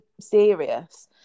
serious